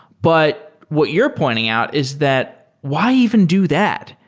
but what you're pointing out is that why even do that?